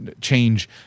change